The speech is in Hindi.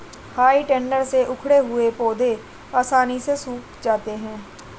हेइ टेडर से उखाड़े गए पौधे आसानी से सूख जाते हैं